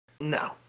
No